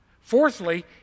Fourthly